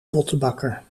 pottenbakker